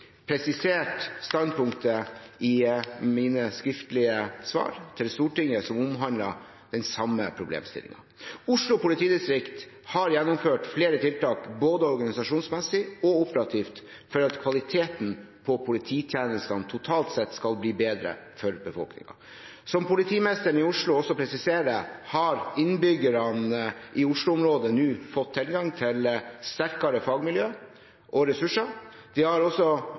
presisert standpunktet i mine skriftlige svar til Stortinget som omhandlet den samme problemstillingen. Oslo politidistrikt har gjennomført flere tiltak – både organisasjonsmessig og operativt – for at kvaliteten på polititjenestene totalt sett skal bli bedre for befolkningen. Som politimesteren i Oslo også presiserer, har innbyggerne i Oslo-området nå fått tilgang til sterkere fagmiljøer og til ressurser. De får også